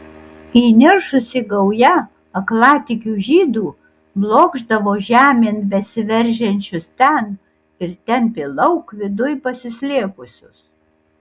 įniršusi gauja aklatikių žydų blokšdavo žemėn besiveržiančius ten ir tempė lauk viduj pasislėpusius